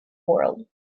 world